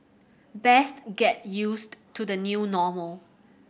best get used to the new normal